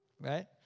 Right